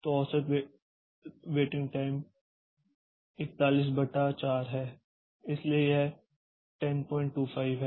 तो औसत waiting time 41 बटा 4 है इसलिए यह 1025 है